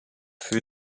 für